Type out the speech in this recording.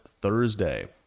Thursday